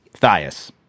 Thias